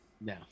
No